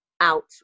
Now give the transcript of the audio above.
out